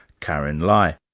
karyn lai.